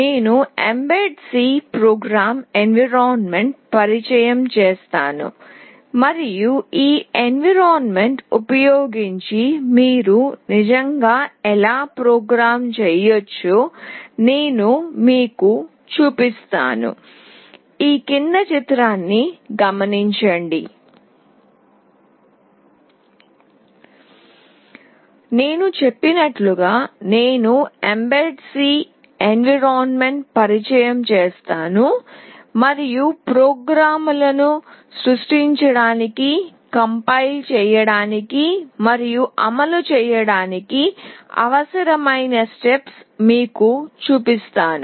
నేను embed C programming environment పరిచయం చేస్తాను మరియు ఈ ఎన్విరాన్మెంట్ ఉపయోగించి మీరు నిజంగా ఎలా ప్రోగ్రామ్ చేయవచ్చో నేను మీకు చూపిస్తాను నేను చెప్పినట్లుగా నేను ఎంబెడ్ C ఎన్విరాన్మెంట్ పరిచయం చేస్తాను మరియు ప్రోగ్రామ్ లను సృష్టించడానికి కంపైల్ చేయడానికి మరియు అమలు చేయడానికి అవసరమైన స్టెప్స్ మీకు చూపిస్తాను